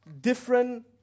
different